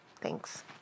thanks